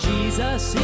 Jesus